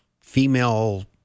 female